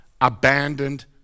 abandoned